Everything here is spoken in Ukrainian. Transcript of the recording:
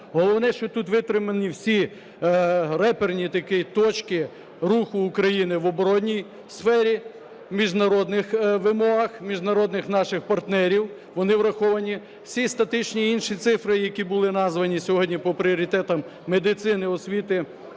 Головне, що тут витримані всі реперні такі точки руху Україну в оборонній сфері, в міжнародних вимогах міжнародних наших партнерів, вони враховані. Всі статичні інші цифри, які були названі сьогодні по пріоритетам медицини, освіти,